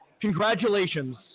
congratulations